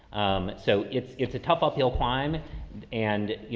um, so it's, it's a tough uphill climb and you